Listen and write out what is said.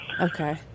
Okay